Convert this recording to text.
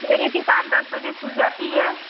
मेरी दुकान दस बजे खुल जाती है